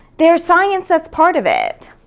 there's science that's part of it.